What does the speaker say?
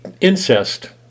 incest